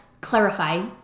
clarify